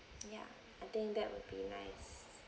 ya I think that would be nice